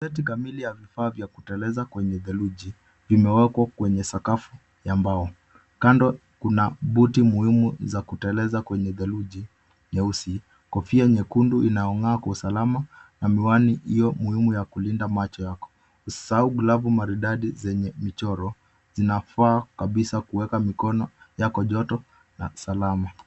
Seti kamili ya vifaa vya kuteleza kwenye theruji, zimewekwa kwenye sakafu ya mbao. Kando kuna buti muhimu za kuteleza kwenye theruji nyeusi. Kofia nyekundu inayong'aa kwa usalama na miwani hiyo muhimu ya kulinda macho yako. Usisahau glavu maridadi zenye michoro, zinafaa kabisa kuweka mikono yako joto na salama.